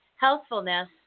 healthfulness